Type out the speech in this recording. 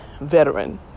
veteran